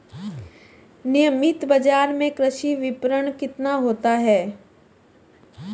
नियमित बाज़ार में कृषि विपणन कितना होता है?